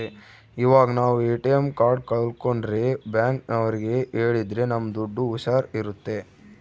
ಇವಾಗ ನಾವ್ ATM card ಕಲ್ಕೊಂಡ್ರೆ ಬ್ಯಾಂಕ್ ಅವ್ರಿಗೆ ಹೇಳಿದ್ರ ನಮ್ ದುಡ್ಡು ಹುಷಾರ್ ಇರುತ್ತೆ